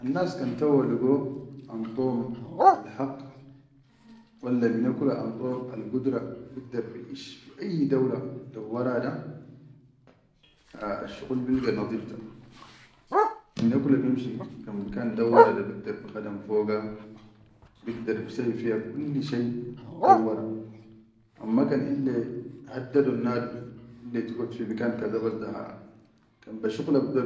Annas ka tawwa ligo andom alhaq walla mine kula ando algudura bigdar biʼish fi ayyi dawla dawwara da, asshuqul bilga nadeef tara, mine kula bimshi kan bikaan dawwara da bigdar bikhadam foga, bigdar bisawwi fiya kulli shai dawwara, amma kan ille haddadonnadum illa tigod fi bikan kaza bas da kan be shuqula.